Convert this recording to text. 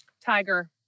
Tiger